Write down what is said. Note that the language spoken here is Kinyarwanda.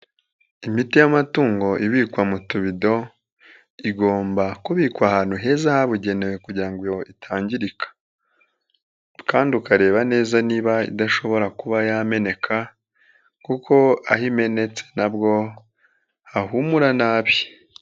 Imiti y'amatungo ibikwa mu tubido igomba kubikwa ahantu heza habugenewe kugira ngo itangirika kandi ukareba neza niba idashobora kuba yameneka kuko aho imenetse ntabwo hahumura nabi.